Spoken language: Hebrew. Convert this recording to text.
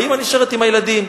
האמא נשארת עם הילדים.